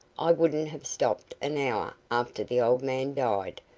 i wouldn't have stopped an hour after the old man died.